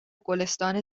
گلستان